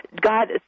God